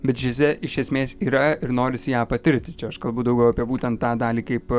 bet žizė iš esmės yra ir norisi ją patirti čia aš kalbu daugiau apie būtent tą dalį kaip